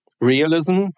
realism